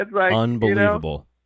unbelievable